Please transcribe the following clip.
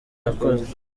yakoze